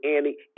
Annie